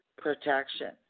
Protection